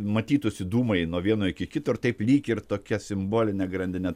matytųsi dūmai nuo vieno iki kito ir taip lyg ir tokia simboline grandine